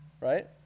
right